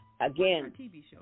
again